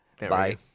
bye